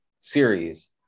series